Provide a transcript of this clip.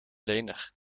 lenig